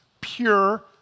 pure